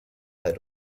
head